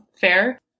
fair